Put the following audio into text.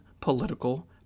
political